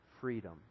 freedom